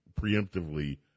preemptively